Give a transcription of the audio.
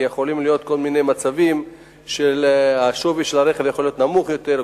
כי יכולים להיות כל מיני מצבים ששווי הרכב יכול להיות נמוך יותר,